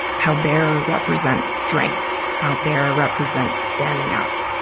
how bear represents strength. how bear represents standing up.